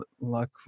luck